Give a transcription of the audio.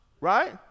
right